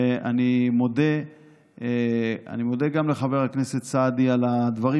ואני מודה גם לחבר הכנסת סעדי על הדברים